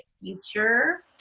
future